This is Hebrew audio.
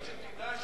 רק שתדע,